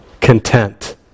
content